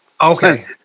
Okay